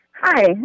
Hi